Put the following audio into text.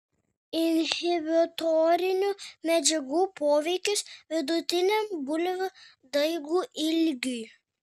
inhibitorinių medžiagų poveikis vidutiniam bulvių daigų ilgiui